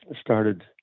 started